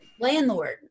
Landlord